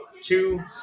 two